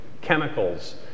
chemicals